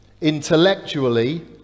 intellectually